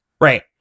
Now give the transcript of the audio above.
Right